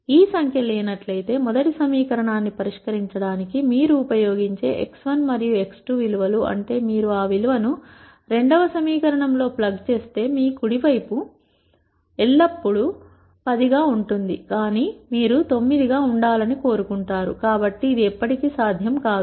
ఈ సంఖ్య లేనట్లయితే మొదటి సమీకరణాన్ని పరిష్కరించడానికి మీరు ఉపయోగించే x1 మరియు x2 విలువ లు అంటే మీరు ఆ విలువను రెండవ సమీకరణం లో ప్లగ్ చేస్తే మీ కుడి వైపు ఎల్లప్పుడూ 10 గా ఉంటుంది కానీ మీరు 9 గా ఉండాలని కోరుకుంటారు కాబట్టి ఇది ఎప్పటి కీ సాధ్యం కాదు